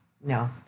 no